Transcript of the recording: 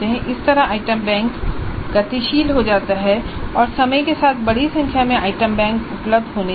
इस तरह item bank गतिशील हो जाता है और समय के साथ बड़ी संख्या में आइटम उपलब्ध होने चाहिए